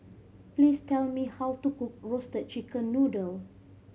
please tell me how to cook Roasted Chicken Noodle